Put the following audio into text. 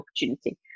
opportunity